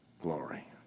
glory